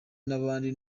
n’abandi